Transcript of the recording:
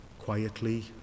quietly